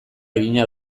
egina